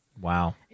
Wow